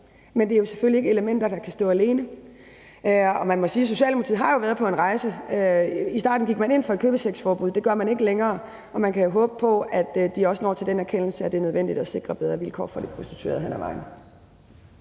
men det er jo selvfølgelig ikke elementer, der kan stå alene. Man må sige, at Socialdemokratiet jo har været på en rejse. I starten gik man ind for et købesexforbud, men det gør man ikke længere. Man kan håbe på, at de også når til den erkendelse, at det er nødvendigt at sikre bedre vilkår for de prostituerede hen ad vejen.